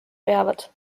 peavad